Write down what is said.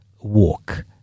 walk